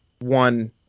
one